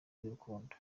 y’urukundo